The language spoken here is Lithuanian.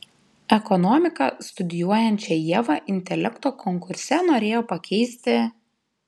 ekonomiką studijuojančią ievą intelekto konkurse norėjo pakeisti